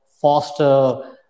foster